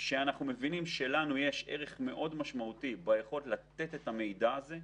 שאנחנו מבינים שלנו יש ערך משמעותי מאוד ביכולת לתת את המידע הזה,